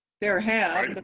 there have.